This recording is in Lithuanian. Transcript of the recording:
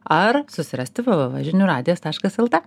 ar susirasti vė vė vė žinių radijas taškas lt